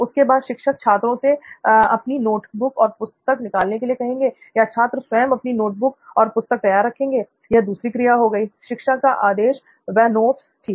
उसके बाद शिक्षक छात्रों से अपनी नोटबुक और पुस्तक निकालने के लिए कहेंगे या छात्र स्वयं अपनी नोटबुक और पुस्तक तैयार रखेंगे यह दूसरी क्रिया हो गई शिक्षक का आदेश व नोट्स ठीक